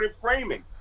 framing